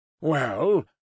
Well